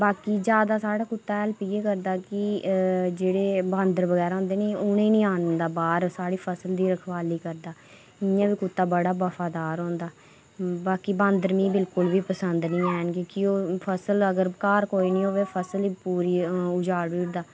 बाकी जां ते साढ़े कुत्ता हैल्प इ'यां करदा कि जेह्ड़े बांदर बगैरा होंदे निं उनें ई निं औन दिंदा बाह्र साढ़ी फसल दी रखवाली करदा इ'यां बी कुत्ता बड़ा वफादार होंदा बाकी बांदर मिगी बिल्कुल बी पसंद निं हैन की कि ओह् फसल अगर घर कोई निं होऐ फसल ई पूरी जुआड़ी ओड़दे